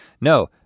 No